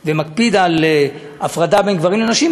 ומקפיד על הפרדה בין גברים לנשים,